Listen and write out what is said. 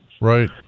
Right